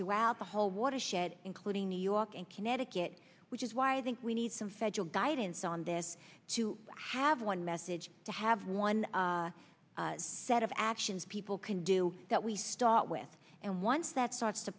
throughout the whole water shed including new york and connecticut which is why zinc we need some federal guidance on this to have one message to have one set of actions people can do that we start with and once that starts to